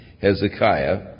Hezekiah